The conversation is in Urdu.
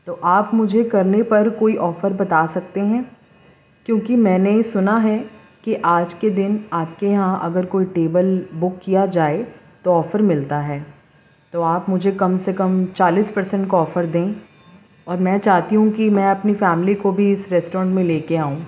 تو آپ مجھے کرنے پر کوئی آفر بتا سکتے ہیں کیونکہ میں نے سنا ہے کہ آج کے دن آپ کے یہاں اگر کوئی ٹیبل بک کیا جائے تو آفر ملتا ہے تو آپ مجھے کم سے کم چالیس پر سنٹ کا آفر دیں اور میں چاہتی ہوں کہ میں اپنی فیملی کو بھی اس ریسٹورنٹ میں لے کے آؤں